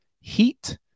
heat